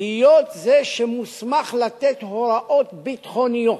להיות זה שמוסמך לתת הוראות ביטחוניות.